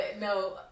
no